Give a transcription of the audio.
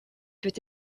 peut